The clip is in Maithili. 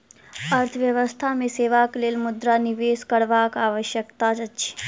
अर्थव्यवस्था मे सेवाक लेल मुद्रा निवेश करबाक आवश्यकता अछि